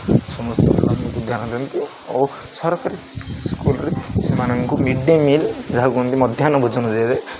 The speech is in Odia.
ସମସ୍ତଙ୍କ ଧ୍ୟାନ ଦିଅନ୍ତି ଆଉ ସରକାରୀ ସ୍କୁଲରେ ସେମାନଙ୍କୁ ମିଡ଼୍ ଡେ ମିଲ୍ ଯାହା କୁହନ୍ତି ମଧ୍ୟାହ୍ନ ଭୋଜନ ଦିଆଯାଏ